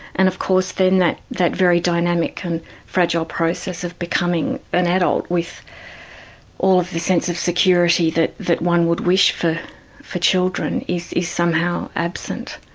and of course then, that that very dynamic and fragile process of becoming an adult with all of the sense of security that that one would wish for for children, is somehow absent.